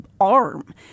arm